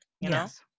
Yes